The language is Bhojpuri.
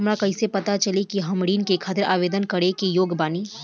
हमरा कइसे पता चली कि हम ऋण के खातिर आवेदन करे के योग्य बानी?